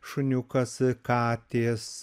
šuniukas katės